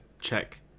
check